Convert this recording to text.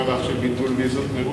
המהלך של ביטול ויזות מרוסיה?